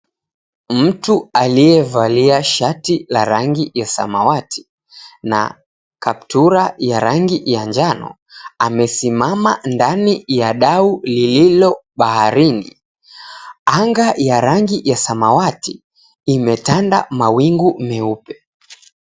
Mtu aliyevalia shati la rangi ya samawati na kaptura ya rangi ya njano amesimama ndani ya dau lililo baharini. Anga ya rangi ya samawati imetanda mawingu meupe.